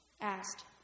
asked